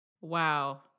Wow